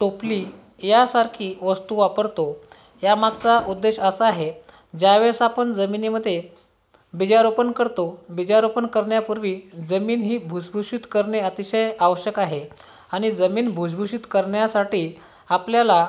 टोपली या सारखी वस्तू वापरतो या मागचा उद्देश असा आहे ज्या वेळेस जमिनीमध्ये बीजारोपण करतो बीजारोपण करण्यापूर्वी जमीन ही भुसभुशीत करणे अतिशय आवश्यक आहे आणी जमीन भुसभुशीत करण्यासाठी आपल्याला